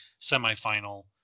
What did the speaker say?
semifinal